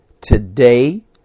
today